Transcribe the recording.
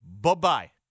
Bye-bye